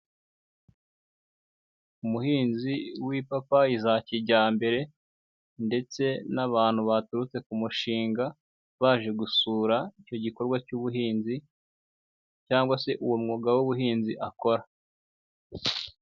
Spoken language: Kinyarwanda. Umuhinzi w'ipapa za kijyambere ndetse n'abantu baturutse ku mushinga baje gusura icyo gikorwa cy'ubuhinzi cyangwa se uwo mwuga w'ubuhinzi akora.